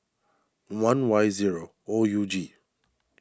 one Y zero O U G